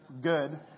Good